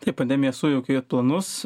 taip pandemija sujaukė ir planus